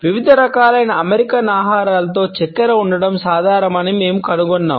వివిధ రకాలైన అమెరికన్ ఆహారాలలో చక్కెర ఉండటం సాధారణమని మేము కనుగొన్నాము